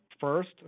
First